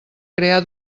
crear